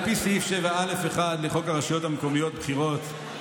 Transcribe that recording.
על פי סעיף 7א(1) לחוק הרשויות המקומיות (בחירות),